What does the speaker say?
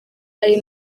ari